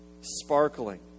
Sparkling